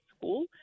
school